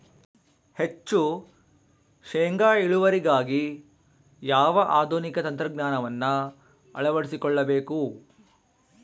ಹೆಚ್ಚು ಶೇಂಗಾ ಇಳುವರಿಗಾಗಿ ಯಾವ ಆಧುನಿಕ ತಂತ್ರಜ್ಞಾನವನ್ನು ಅಳವಡಿಸಿಕೊಳ್ಳಬೇಕು?